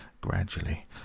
gradually